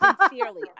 sincerely